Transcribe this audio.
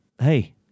hey